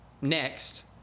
Next